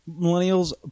millennials